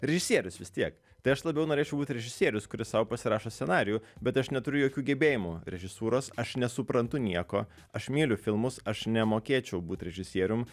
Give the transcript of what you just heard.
režisierius vis tiek tai aš labiau norėčiau būt režisierius kuris sau pasirašo scenarijų bet aš neturiu jokių gebėjimų režisūros aš nesuprantu nieko aš myliu filmus aš nemokėčiau būt režisierium